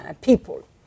people